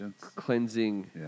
cleansing